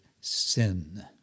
sin